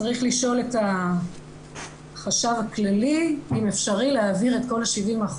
צריך לשאול את החשב הכללי אם אפשרי להעביר את כל ה-70%,